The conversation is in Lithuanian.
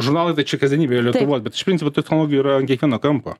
žurnalai tai čia kasdienybė yra lietuvoj bet iš principo technologijų yra ant kiekvieno kampo